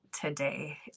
today